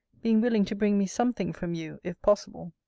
being willing to bring me something from you, if possible.